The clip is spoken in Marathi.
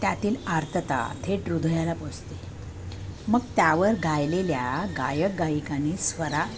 त्यातील आर्तता थेट ह्रदयाला पोचते मग त्यावर गायलेल्या गायक गायिकानी स्वरा